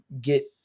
get